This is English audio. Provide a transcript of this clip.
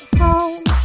home